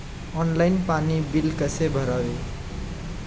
Online पाणी bill कसे भरावे?